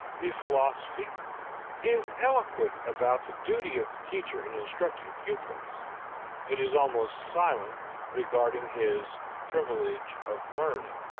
the philosophy is eloquent about the duty of the teacher in instructing pupils it is almost silent regarding his privilege of learning.